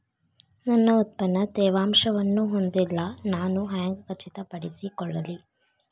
ನನ್ನ ಉತ್ಪನ್ನ ತೇವಾಂಶವನ್ನು ಹೊಂದಿಲ್ಲಾ ನಾನು ಹೆಂಗ್ ಖಚಿತಪಡಿಸಿಕೊಳ್ಳಲಿ?